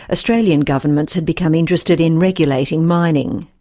australian governments had become interested in regulating mining.